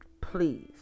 Please